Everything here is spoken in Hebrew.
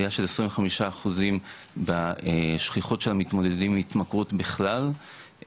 עלייה של 25 אחוזים בשכיחות של המתמודדים עם התמכרות בכלל,